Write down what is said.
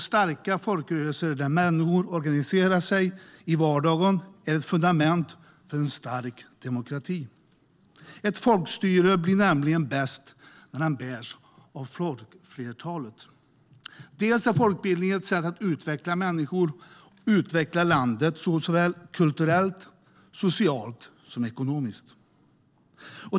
Starka folkrörelser där människor organiserar sig i vardagen är ett fundament för en stark demokrati. Ett folkstyre blir nämligen bäst när det bärs av folkflertalet. Folkbildning är också ett sätt att utveckla människor och utveckla landet, såväl kulturellt som socialt och ekonomiskt.